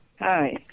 Hi